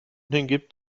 hingibt